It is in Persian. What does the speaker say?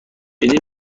بدی